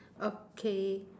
okay